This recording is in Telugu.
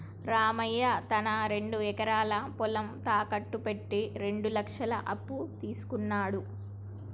రామయ్య తన రెండు ఎకరాల పొలం తాకట్టు పెట్టి రెండు లక్షల అప్పు తీసుకున్నడు